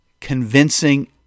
convincing